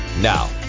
now